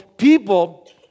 People